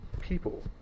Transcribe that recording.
people